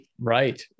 right